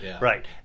Right